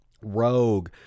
rogue